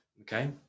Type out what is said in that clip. okay